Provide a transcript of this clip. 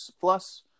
plus